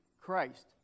Christ